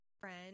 friend